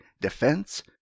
Defense